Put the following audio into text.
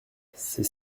c’est